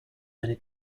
many